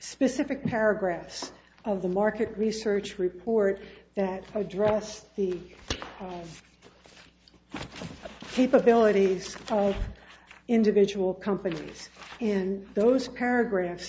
specific paragraphs of the market research report that address the capabilities of individual companies and those paragraphs